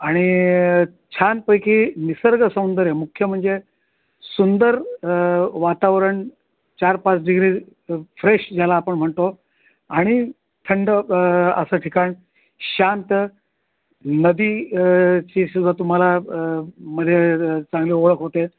आणि छानपैकी निसर्ग सौंदर्य मुख्य म्हणजे सुंदर वातावरण चार पाच डिग्री फ्रेश ज्याला आपण म्हणतो आणि थंड असं ठिकाण शांत नदी ची सुद्धा तुम्हाला मध्ये चांगली ओळख होते